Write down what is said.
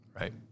Right